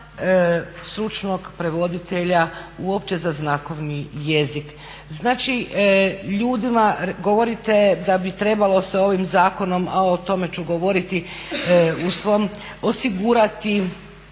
stručnog prevoditelja uopće za znakovni jezik. Znači, ljudima govorite da bi trebalo sa ovim zakonom, a o tome ću govoriti u svom osigurati